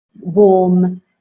warm